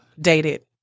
dated